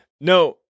No